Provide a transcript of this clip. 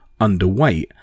underweight